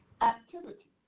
activity